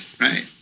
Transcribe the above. right